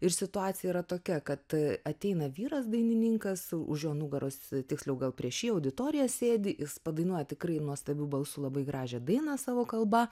ir situacija yra tokia kad ateina vyras dainininkas už jo nugaros tiksliau gal prieš jį auditorija sėdi jis padainuoja tikrai nuostabiu balsu labai gražią dainą savo kalba